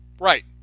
Right